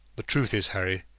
the truth is, harry,